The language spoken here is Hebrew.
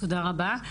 תודה רבה.